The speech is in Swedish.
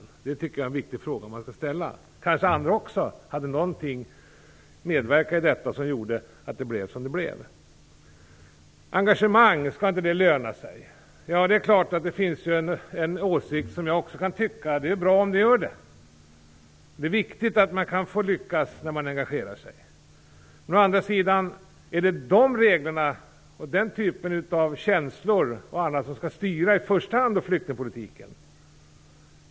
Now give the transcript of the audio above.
Det är en viktig fråga som man skall ställa. Det kanske även fanns andra som hade medverkat i detta fall så att det blev som det blev. Engagemang - skall inte det löna sig? Ja, det är klart att jag kan hålla med om åsikten att det är bra om engagemang lönar sig. Det är viktigt att man kan få lyckas när man engagerar sig. Å andra sidan: Är det de reglerna och den typen av känslor som i första hand skall styra flyktingpolitiken?